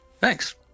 Thanks